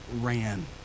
ran